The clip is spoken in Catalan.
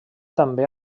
també